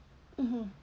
mmhmm